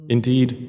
Indeed